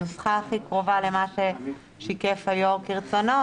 הנוסחה הכי קרובה למה ששיקף היושב-ראש כרצונו